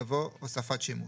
" יבוא "הוספת שימוש".